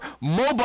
mobile